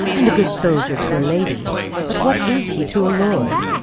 and a good soldier to a lady but what is he to a lord?